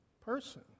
person